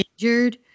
injured